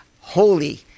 holy